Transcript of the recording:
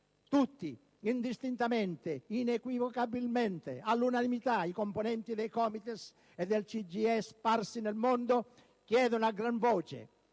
Tutti, indistintamente, inequivocabilmente, all'unanimità, i componenti dei COMITES e del CGIE sparsi nel mondo, chiedono a gran voce